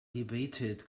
debated